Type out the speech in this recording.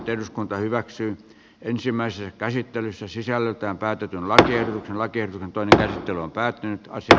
eduskunta hyväksyy ensimmäisessä käsittelyssä sisällöltään pääty vasojen lakien toinen ottelu on päättynyt ja